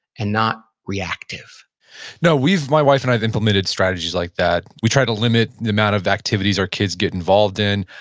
and not reactive no, my wife and i have implemented strategies like that. we try to limit the amount of activities our kids get involved in.